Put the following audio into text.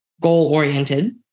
goal-oriented